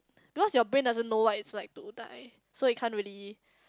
because your brain doesn't what's like to die so it can't really